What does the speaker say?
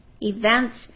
Events